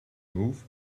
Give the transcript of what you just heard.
move